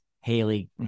Haley